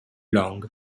long